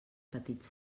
petits